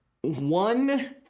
one